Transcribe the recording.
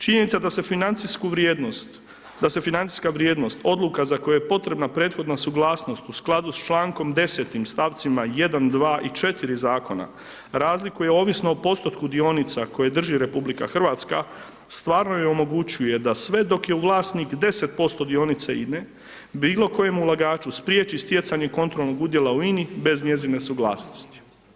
Činjenica da se financijsku vrijednost, da se financijska vrijednost odluka za koju je potrebna prethodna suglasnost u skladu s člankom 10.-tim stavcima 1., 2. i 4. zakona razlikuje ovisno o postotku dionica koje drži RH, stvarno joj omogućuje da sve dok je vlasnik 10% dionica INE, bilo kojem ulagaču spriječi stjecanje kontrolnog udjela u INI bez njezine suglasnosti.